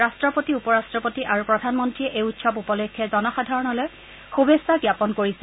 ৰাট্টপতি উপৰাট্টপতি আৰু প্ৰধানমন্ত্ৰীয়ে এই উৎসৱ উপলক্ষে জনসাধাৰণলৈ শুভেচ্ছা জ্ঞাপন কৰিছে